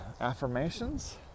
affirmations